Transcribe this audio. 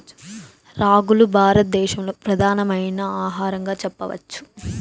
రాగులు భారత దేశంలో ప్రధానమైన ఆహారంగా చెప్పచ్చు